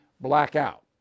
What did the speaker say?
blackout